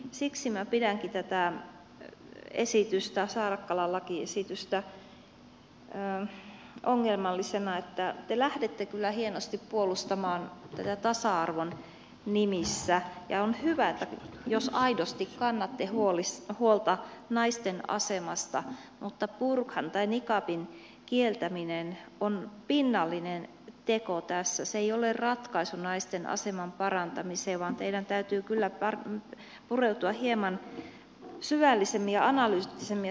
siksi minä pidänkin tätä saarakkalan lakiesitystä ongelmallisena että te lähdette kyllä hienosti puolustamaan tätä tasa arvon nimissä ja on hyvä jos aidosti kannatte huolta naisten asemasta mutta burkan tai niqabin kieltäminen on pinnallinen teko tässä se ei ole ratkaisu naisten aseman parantamiseen vaan teidän täytyy kyllä pureutua asiaan hieman syvällisemmin ja analyyttisemmin